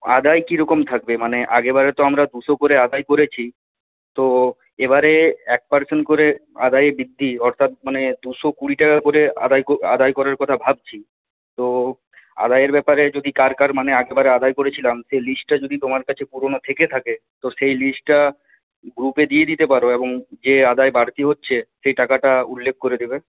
আদায় কীরকম থাকবে মানে আগের বারে তো আমরা দুশো করে আদায় করেছি তো এবারে এক পার্সেন্ট করে আদায়ের বৃদ্ধি অর্থাৎ মানে দুশো কুড়ি টাকা করে আদায় আদায় করার কথা ভাবছি তো আদায়ের ব্যাপারে যদি কার কার মানে আগের বারে আদায় করেছিলাম সেই লিস্টটা যদি তোমার কাছে পুরনো থেকে থাকে তো সেই লিস্টটা গ্রুপে দিয়ে দিতে পারো এবং যে আদায় বাড়তি হচ্ছে সেই টাকাটা উল্লেখ করে দেবে